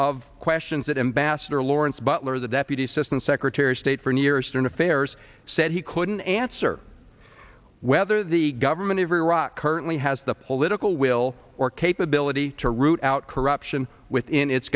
of questions that ambassador lawrence butler the deputy assistant secretary of state for near eastern affairs said he couldn't answer whether the government of iraq currently has the political will or capability to root out corruption within its